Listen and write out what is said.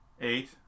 Eight